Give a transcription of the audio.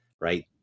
right